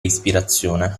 ispirazione